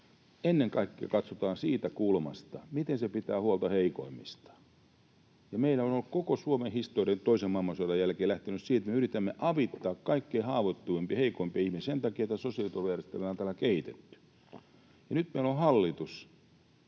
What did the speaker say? ennen kaikkea katsotaan siitä kulmasta, miten se pitää huolta heikoimmistaan. Meillä on koko Suomen historia toisen maailmansodan jälkeen lähtenyt siitä, että me yritämme avittaa kaikkein haavoittuvimpia ja heikoimpia ihmisiä, ja sen takia tämä sosiaaliturvajärjestelmä on täällä kehitetty. Nyt meillä on hallitus,